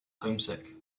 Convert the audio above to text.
homesick